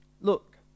look